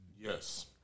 Yes